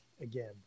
again